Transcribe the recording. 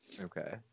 Okay